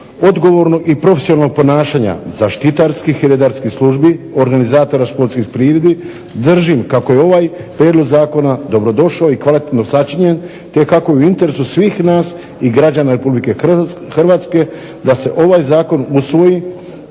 odgovornog i profesionalnog ponašanja zaštitarskih i redarskih službi, organizatora športskih priredbi držim kako je ovaj prijedlog zakona dobro došao i kvalitetno sačinjen, te kako je u interesu svih nas i građana Republike Hrvatske da se ovaj zakon usvoji,